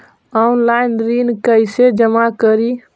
Online ऋण कैसे जमा करी?